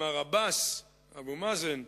מר עבאס, אבו מאזן,